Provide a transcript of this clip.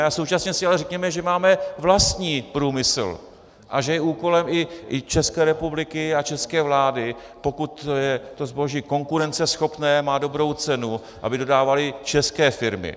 A současně si ale řekněme, že máme vlastní průmysl a že je úkolem i České republiky a české vlády, pokud je to zboží konkurenceschopné a má dobrou cenu, aby dodávaly české firmy.